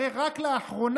הרי רק לאחרונה,